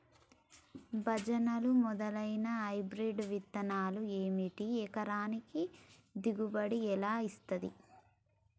భజనలు మేలైనా హైబ్రిడ్ విత్తనాలు ఏమిటి? ఎకరానికి దిగుబడి ఎలా వస్తది?